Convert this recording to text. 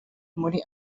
muri